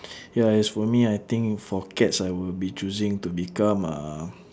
ya as for me I think for cats I will be choosing to become uh